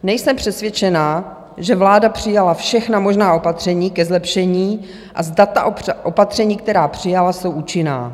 Nejsem přesvědčená, že vláda přijala všechna možná opatření ke zlepšení a zda ta opatření, která přijala, jsou účinná.